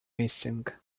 missing